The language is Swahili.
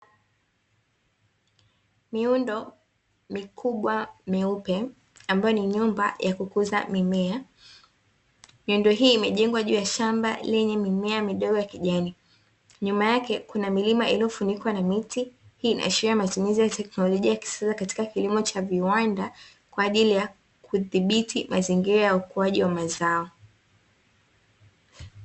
Miundo mikubwa meupe ambayo ni nyumba ya kukuza mimea imejengwa juu ya shamba lenye mimea midogo ya kijani, nyuma yake kuna milima iliyofunikwa na miti hii inaishia matumizi ya teknolojia teknolojia ikisikiliza katika kilimo cha viwanda kwa ajili ya kudhibiti mazingira ya ukuaji wa mazao.